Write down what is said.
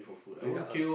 ya